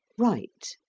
right,